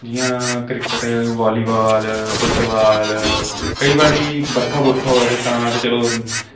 जियां cricket volleyball football केईं बारी बरखा बरूखा होऐ तां ते चलो